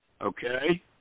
Okay